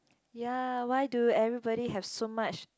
ya why do everybody have so much